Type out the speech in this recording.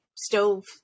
stove